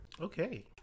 Okay